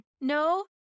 no